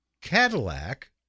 Cadillac